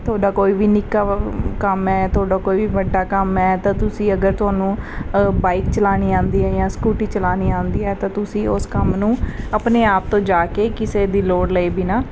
ਤੁਹਾਡਾ ਕੋਈ ਵੀ ਨਿੱਕਾ ਵ ਕੰਮ ਹੈ ਤੁਹਾਡਾ ਕੋਈ ਵੀ ਵੱਡਾ ਕੰਮ ਹੈ ਤਾਂ ਤੁਸੀਂ ਅਗਰ ਤੁਹਾਨੂੰ ਬਾਈਕ ਚਲਾਉਣੀ ਆਉਂਦੀ ਹੈ ਜਾਂ ਸਕੂਟੀ ਚਲਾਉਣੀ ਆਉਂਦੀ ਹੈ ਤਾਂ ਤੁਸੀਂ ਉਸ ਕੰਮ ਨੂੰ ਆਪਣੇ ਆਪ ਤੋਂ ਜਾ ਕੇ ਕਿਸੇ ਦੀ ਲੋੜ ਲਏ ਬਿਨਾਂ